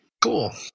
Cool